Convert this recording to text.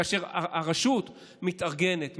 כאשר הרשות מתארגנת,